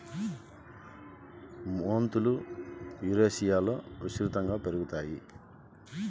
మెంతులు యురేషియాలో విస్తృతంగా పెరుగుతాయి